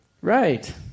Right